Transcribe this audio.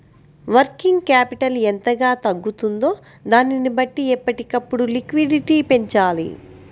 working capital ఎంతగా తగ్గుతుందో దానిని బట్టి ఎప్పటికప్పుడు లిక్విడిటీ పెంచాలి